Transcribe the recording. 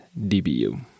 dbu